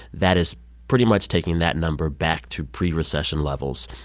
that is pretty much taking that number back to pre-recession levels.